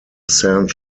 saint